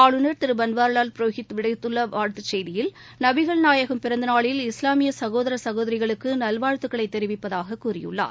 ஆளுநர் திருபன்வாரிவால் புரோஹித் விடுத்துள்ளசெய்தியில் நபிகள் நாயகம் பிறந்தநாளில் இஸ்லாமியசகோதரசகோதரிகளுக்குநல்வாழ்த்துக்களைதெரிவிப்பதாககூறியுள்ளார்